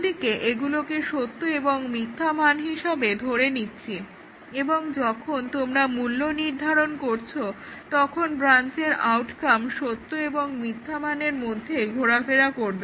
অন্যদিকে এগুলোকে সত্য এবং মিথ্যা মান হিসাবে ধরে নিচ্ছি এবং যখন তোমরা মূল্যনির্ধারণ করছো তখন ব্রাঞ্চের আউটকাম সত্য এবং মিথ্যা মানের মধ্যে ঘোরাফেরা করে